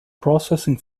processing